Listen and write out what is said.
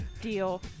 Deal